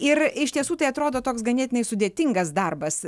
ir iš tiesų tai atrodo toks ganėtinai sudėtingas darbas